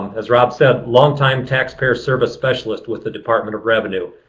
as rob said, long time taxpayer service specialist with the department of revenue.